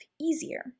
easier